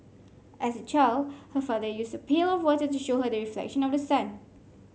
as a child her father used a pail of water to show her the reflection of the sun